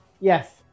Yes